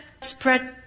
spread